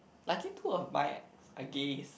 like it two of mine ah I guess